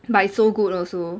but it's so good also